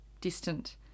distant